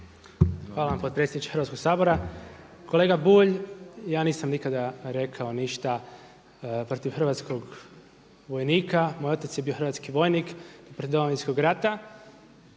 Hvala vam potpredsjedniče Hrvatskog sabora. Kolega Bulj, ja nisam nikada rekao ništa protiv hrvatskog vojnika. Moj otac je bio hrvatski vojnik u Domovinskom ratu.